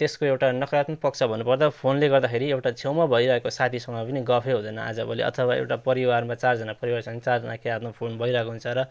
त्यसको एउटा नकारात्मक पक्ष भन्नुपर्दा फोनले गर्दाखेरि एउटा छेउमा भइरहेको साथीसँग पनि गफै हुँदैन आजभोलि अथवा एउटा परिवारमा चारजना परिवार छ भने चारजनाकै हातमा फोन भइरहेको हुन्छ र